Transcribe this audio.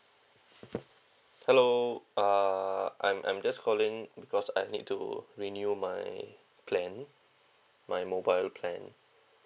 hello uh I'm I'm just calling because I need to renew my plan my mobile plan